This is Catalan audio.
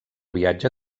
viatge